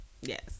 Yes